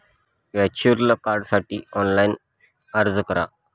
virtual कार्डसाठी online अर्ज करा